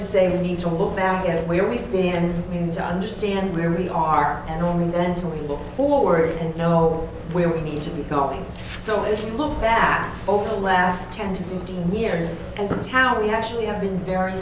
to say we need to look back at where we've been meaning to understand where we are and only then when we look forward and know where we need to be going so if you look back over the last ten to fifteen years as a town we actually have been very